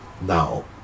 now